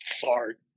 fart